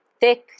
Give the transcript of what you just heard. thick